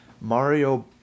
Mario